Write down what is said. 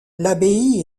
l’abbaye